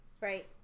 Right